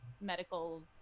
medical